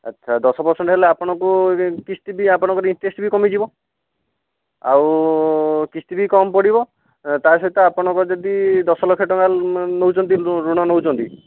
ଆଚ୍ଛା ଦଶ ପରସେଣ୍ଟ ହେଲେ ଆପଣଙ୍କୁ କିସ୍ତି ବି ଆପଣଙ୍କୁ ଇଣ୍ଟରେଷ୍ଟ ବି କମିଯିବ ଆଉ କିସ୍ତି ବି କମ୍ ପଡ଼ିବ ତା ସହିତ ଆପଣଙ୍କର ଯଦି ଦଶ ଲକ୍ଷ ଟଙ୍କାର ନେଉଛନ୍ତି ଋଣ ନେଉଛନ୍ତି